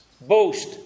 boast